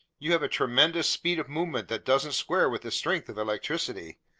you have a tremendous speed of movement that doesn't square with the strength of electricity.